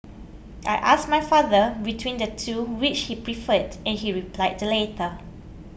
I asked my father between the two which he preferred and he replied the latter